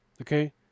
okay